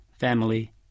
family